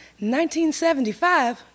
1975